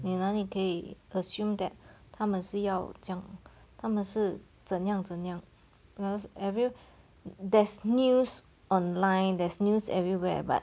你哪里可以 assume that 他们是要这样他们是怎样怎样 because every there's news online there's news everywhere but